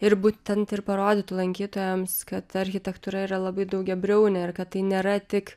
ir būtent ir parodytų lankytojams kad architektūra yra labai daugiabriaunė ir kad tai nėra tik